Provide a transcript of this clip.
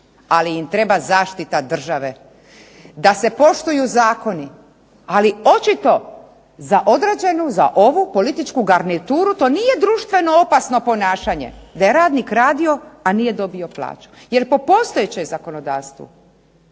ali im treba zaštita države da se poštuju zakoni. Ali očito za određenu za ovu političku garnituru to nije društveno opasno ponašanje, da je radnik radio a nije dobio plaću. Jel po postojećem zakonodavstvu